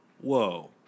whoa